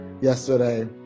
yesterday